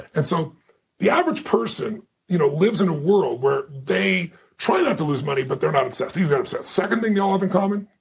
and so the average person you know lives in a world where they try not to lose money, but they're not obsessed. these are obsessed. second thing they all have in common,